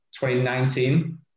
2019